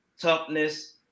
toughness